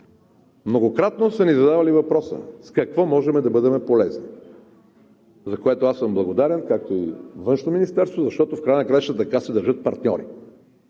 Многократно са ни задавали въпроса с какво можем да бъдем полезни, за което съм благодарен, както и Външното министерство, защото в края на краищата така се държат партньори.